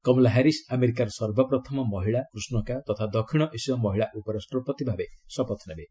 କମଲା Harris ଆମେରିକାର ସର୍ବପ୍ରଥମ ମହିଳା କୃଷ୍ଣକାୟ ତଥା ଦକ୍ଷିଣ ଏସୀୟ ମହିଳା ଉପରାଷ୍ଟ୍ରପତି ଭାବେ ଶପଥନେବେ